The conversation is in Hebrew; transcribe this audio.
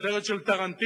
סרט של טרנטינו.